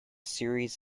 series